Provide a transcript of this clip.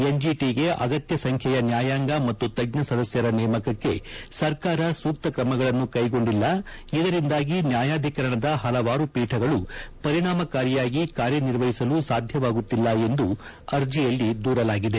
ಎನ್ಜಿಟಿಗೆ ಅಗತ್ಯ ಸಂಖ್ಯೆಯ ನ್ಯಾಯಾಂಗ ಮತ್ತು ತಜ್ಞ ಸದಸ್ಯರ ನೇಮಕಕ್ಕೆ ಸರ್ಕಾರ ಸೂಕ್ತ ಕ್ರಮಗಳನ್ನು ಕೈಗೊಂಡಿಲ್ಲ ಇದರಿಂದಾಗಿ ನ್ಯಾಯಾಧಿಕರಣದ ಹಲವಾರು ಪೀಠಗಳು ಪರಿಣಾಮಕಾರಿಯಾಗಿ ಕಾರ್ಯನಿರ್ವಹಿಸಲು ಸಾಧ್ಯವಾಗುತ್ತಿಲ್ಲ ಎಂದು ಅರ್ಜಿಯಲ್ಲಿ ದೂರಲಾಗಿದೆ